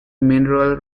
mineral